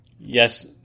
Yes